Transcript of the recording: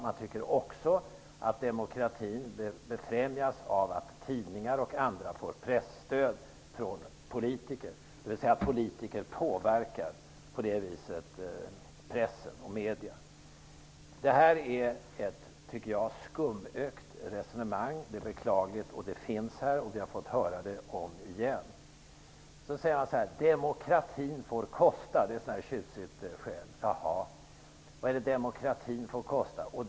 Man tycker också att demokratin befrämjas av att tidningar och andra får presstöd från politiker, dvs. att politiker på det sättet påverkar press och medier. Det är ett skumögt resonemang, och det är beklagligt. Vi har fått höra det omigen. Kurt Ove Johansson säger att demokratin får kosta. Det låter tjusigt. Vad får då demokratin kosta?